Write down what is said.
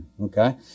okay